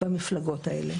תלויה במפלגות האלה.